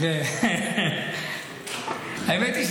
-- האמת היא,